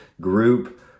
group